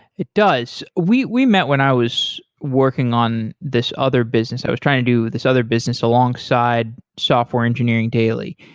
it does. we we met when i was working on this other business. i was trying to do this other business alongside software engineering daily,